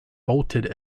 bolted